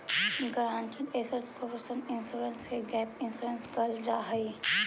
guaranteed asset proportion insurance के gap insurance कहल जाऽ हई